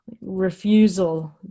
Refusal